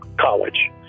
college